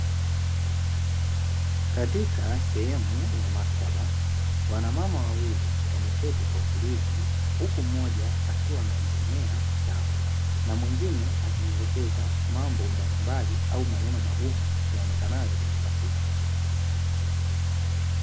Katika sehemu ya maktaba wanamama wawili wameketi kwa utulivu, huku mmoja akiwa anajisomea na mwingine akimwelekeza mambo mbalimbali au maneno magumu yaonekayo kwenye kitabu hicho.